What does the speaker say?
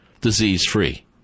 disease-free